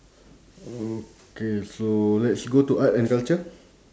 okay so let's go to art and culture